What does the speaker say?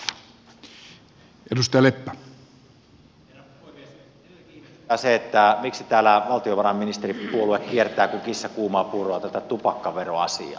edelleenkin ihmetyttää se miksi täällä valtiovarainministeripuolue kiertää kuin kissa kuumaa puuroa tätä tupakkaveroasiaa